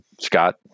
Scott